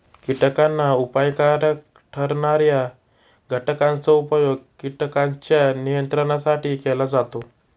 कीटकांना अपायकारक ठरणार्या घटकांचा उपयोग कीटकांच्या नियंत्रणासाठी केला जातो